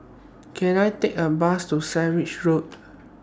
Can I Take A Bus to Sandwich Road